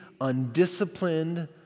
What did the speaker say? undisciplined